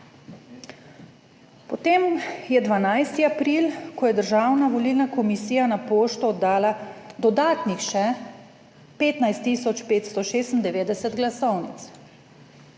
Potem je 12. april, ko je državna volilna komisija na pošto oddala dodatnih še 15 tisoč 596 glasovnic.